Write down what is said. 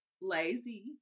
Lazy